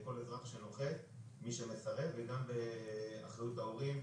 כל אזרח שנוחת, מי שמסרב וגם באחריות ההורים,